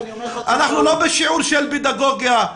אנחנו לא בשיעור פדגוגיה.